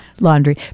Laundry